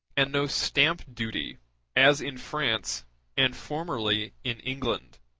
and no stamp duty as in france and formerly in england.